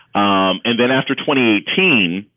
um and then after twenty eighteen,